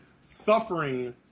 suffering